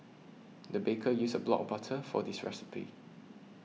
the baker used a block of butter for this recipe